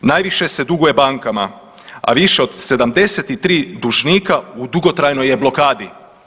Najviše se duguje bankama, a više od 73 dužnika u dugotrajnoj je blokadi.